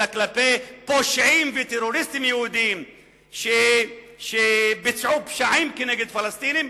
אלא כלפי פושעים וטרוריסטים יהודים שביצעו פשעים נגד פלסטינים.